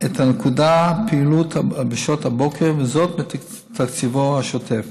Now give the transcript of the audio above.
את הנקודה פעילה בשעות הבוקר, וזאת מתקציבו השוטף.